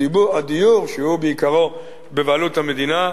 הדיור שהוא בעיקרו בבעלות המדינה,